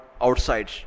outside